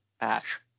Ash